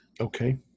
Okay